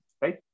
right